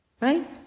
right